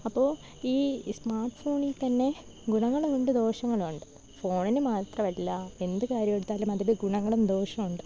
അപ്പോള് ഈ സ്മാർട്ട് ഫോണില് തന്നെ ഗുണങ്ങളുമുണ്ട് ദോഷങ്ങളുമുണ്ട് ഫോണിനു മാത്രമല്ല എന്ത് കാര്യമെടുത്താലും അതിനു ഗുണങ്ങളും ദോഷവുമുണ്ട്